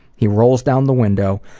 he rolls down the window,